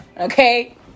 Okay